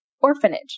orphanage